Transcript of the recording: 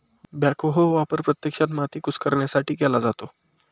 backhoe वापर प्रत्यक्षात माती कुस्करण्यासाठी केला जातो